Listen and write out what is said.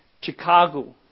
Chicago